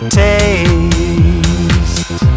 taste